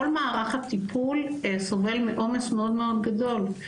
כל מערך הטיפול סובל מעומס מאוד מאוד גדול.